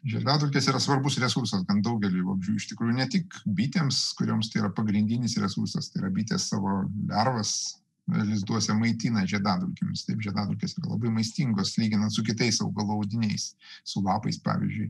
žiedadulkės yra svarbus resursas daugeliui vabzdžių iš tikrųjų ne tik bitėms kurioms tai yra pagrindinis resursas tai yra bitės savo lervas lizduose maitina žiedadulkėmis žiedadulkes yra labai maistingos lyginant su kitais augalų audiniais su lapais pavyzdžiui